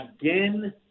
again